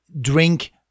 drink